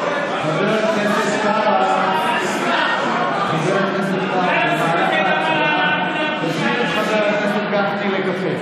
במהלך ההצבעה, תזמין את חבר הכנסת גפני לקפה.